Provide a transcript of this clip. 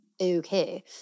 Okay